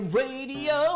radio